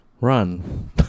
run